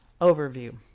Overview